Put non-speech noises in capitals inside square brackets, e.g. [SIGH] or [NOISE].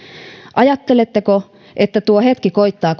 ajatteletteko että tuo hetki koittaa [UNINTELLIGIBLE]